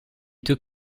took